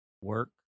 work